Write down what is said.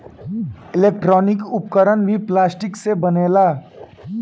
electronic उपकरण भी plastic से बनेला